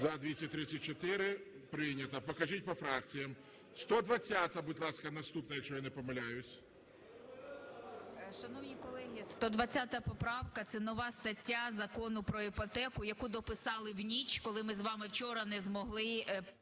За-234 Прийнята. Покажіть по фракціям. 120-а, будь ласка, наступна, якщо я не помиляюсь. 14:47:04 ЮЖАНІНА Н.П. Шановні колеги, 120 поправка – це нова стаття Закону "Про іпотеку", яку дописали в ніч, коли ми з вами вчора не змогли